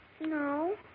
No